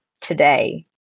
today